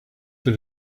that